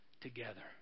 together